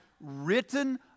written